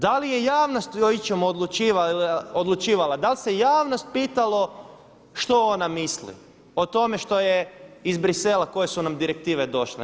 Da li je javnost o ičemu odlučivala, dal se javnost pitalo što ona misli o tome što je iz Bruxellesa koje su nam direktive došle?